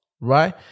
right